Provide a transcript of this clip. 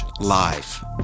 live